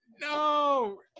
no